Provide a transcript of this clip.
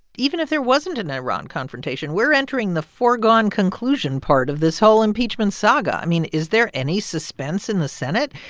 even if there wasn't an iran confrontation, we're entering the foregone conclusion part of this whole impeachment saga. i mean, is there any suspense in the senate?